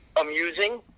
amusing